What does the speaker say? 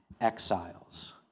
exiles